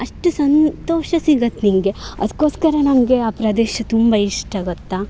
ಅಷ್ಟು ಸಂತೋಷ ಸಿಗುತ್ತೆ ನಿನಗೆ ಅದಕ್ಕೋಸ್ಕರ ನನಗೆ ಆ ಪ್ರದೇಶ ತುಂಬ ಇಷ್ಟ ಗೊತ್ತಾ